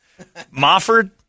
Mofford